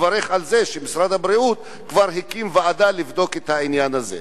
מברך על זה שמשרד הבריאות כבר הקים ועדה לבדוק את העניין הזה.